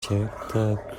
characters